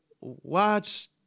watch